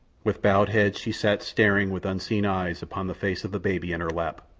with bowed head she sat staring with unseeing eyes upon the face of the baby in her lap.